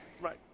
Right